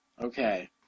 Okay